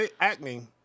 acne